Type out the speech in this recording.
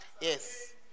Yes